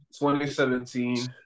2017